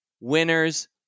winners